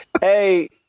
hey